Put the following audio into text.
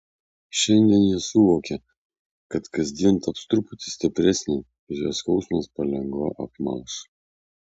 šiandien ji suvokė kad kasdien taps truputį stipresnė ir jos skausmas palengva apmalš